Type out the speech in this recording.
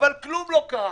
וכלום לא קרה.